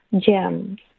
gems